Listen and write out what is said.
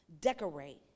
decorate